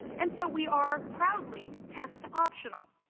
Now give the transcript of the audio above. and so we are proudly test optional.